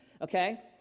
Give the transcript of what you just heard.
okay